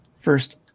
first